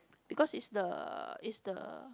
because it's the it's the